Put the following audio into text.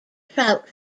trout